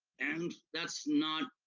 and that's not,